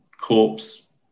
corpse